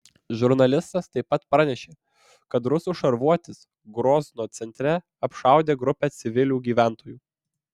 žurnalistas taip pat pranešė kad rusų šarvuotis grozno centre apšaudė grupę civilių gyventojų